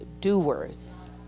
doers